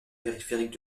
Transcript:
périphériques